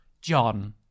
John